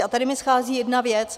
A tady mi schází jedna věc.